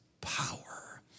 power